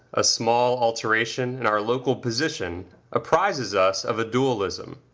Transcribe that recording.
a small alteration in our local position apprizes us of a dualism.